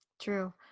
True